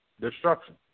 destruction